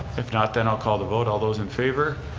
if not then i'll call the vote. all those in favor.